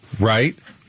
right